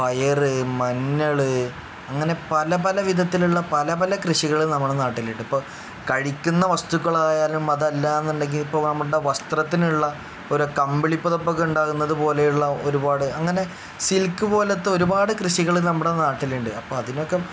പയർ മഞ്ഞൾ അങ്ങനെ പല പല വിധത്തിലുള്ള പല പല കൃഷികൾ നമ്മുടെ നാട്ടിലുണ്ട് ഇപ്പോൾ കഴിക്കുന്ന വസ്തുക്കളായാലും അതല്ല എന്ന് ഉണ്ടെങ്കിൽ ഇപ്പം നമ്മുടെ വസ്ത്രത്തിനുള്ള ഓരോ കമ്പിളി പുതപ്പൊക്കെ ഉണ്ടാക്കുന്നത് പോലെയുള്ള ഒരുപാട് അങ്ങനെ സിൽക്ക് പോലത്തെ ഒരുപാട് കൃഷികൾ നമ്മുടെ നാട്ടിൽ ഉണ്ട് അപ്പം അതിനൊക്കെ